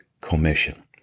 Commission